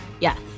Yes